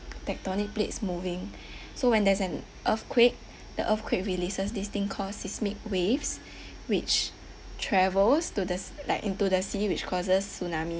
tectonic plates moving so when there's an earthquake the earthquake releases this thing called seismic waves which travels to the s~ like into the sea which causes tsunami